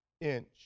inch